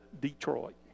Detroit